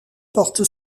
porte